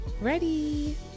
ready